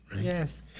Yes